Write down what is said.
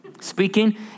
speaking